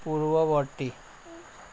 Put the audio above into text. পূৰ্ববৰ্তী